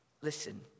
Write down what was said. Listen